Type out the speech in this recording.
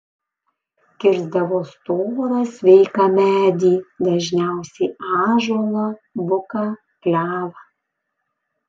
kirsdavo storą sveiką medį dažniausiai ąžuolą buką klevą